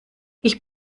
ich